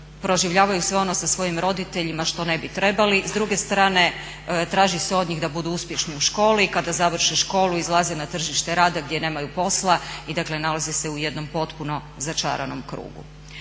proživljavaju sve ono sa svojim roditeljima što ne bi trebali. S druge strane traži se od njih da budu uspješni u školi, kada završe školu izlaze na tržište rada gdje nemaju posla i dakle nalaze se u jednom potpuno začaranom krugu.